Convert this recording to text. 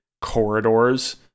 corridors